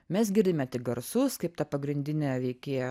mes girdime tik garsus kaip ta pagrindinė veikėja